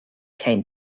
came